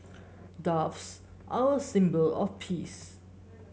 doves are a symbol of peace